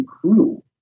Crew